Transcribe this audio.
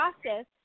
process